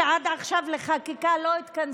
שעד עכשיו לא התכנסה,